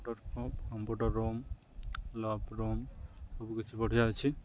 computer computer room lab room ସବୁ କିିଛି ବଢ଼ିଆ ଅଛି